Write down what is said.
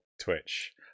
Twitch